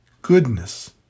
goodness